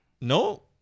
No